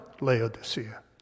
Laodicea